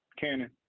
Cannon